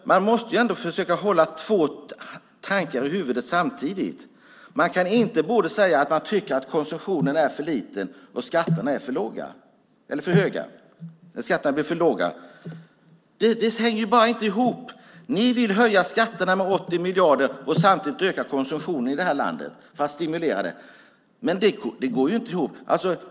Man måste ändå försöka hålla två tankar i huvudet samtidigt. Man kan inte säga både att man tycker att konsumtionen är för liten och att man tycker att skatterna är för låga. Det hänger bara inte ihop. Ni vill höja skatterna med 80 miljarder och samtidigt öka konsumtionen i det här landet, stimulera den. Det går inte ihop.